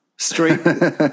Street